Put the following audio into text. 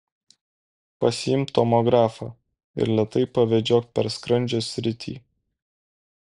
pasiimk tomografą ir lėtai pavedžiok per skrandžio sritį